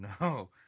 no